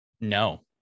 No